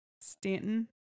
Stanton